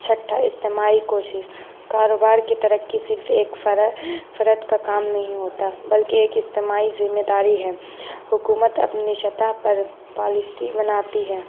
چھٹا اجتماعی کوشش کاروبار کی ترقی صرف ایک فرد فرد کا کام نہیں ہوتا بلکہ ایک اجتماعی ذمہ داری ہے حکومت اپنی شطح پر پالش بناتی ہے